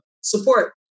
support